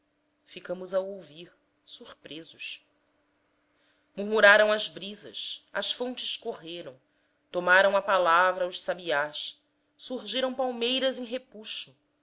ficamos a ouvir surpresos murmuraram as brisas as fontes correram tomaram a palavra os sabiás surgiram palmeiras em repuxo